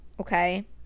okay